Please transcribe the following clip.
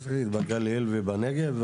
בגליל ובנגב?